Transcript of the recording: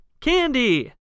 candy